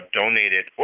donated